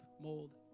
mold